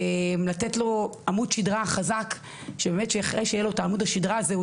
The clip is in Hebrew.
לתת לו עמוד שידרה חזק שבאמת שאחרי שיהיה לו את עמוד השידרה הזה הוא